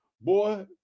Boy